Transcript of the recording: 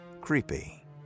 Creepy